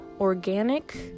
organic